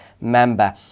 member